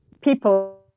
people